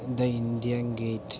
the India gate